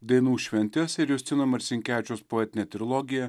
dainų šventes ir justino marcinkevičiaus poetinę trilogiją